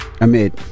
Amid